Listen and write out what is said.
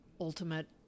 ultimate